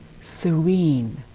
serene